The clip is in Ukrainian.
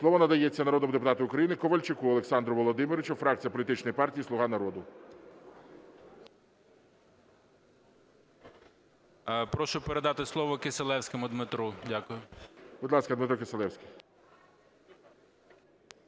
Слово надається народному депутату України Ковальчуку Олександру Володимировичу, фракція політичної партії "Слуга народу". 11:23:58 КОВАЛЬЧУК О.В. Прошу передати слово Кисилевському Дмитру. Дякую. ГОЛОВУЮЧИЙ. Будь ласка, Дмитро Кисилевський.